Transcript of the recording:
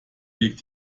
liegt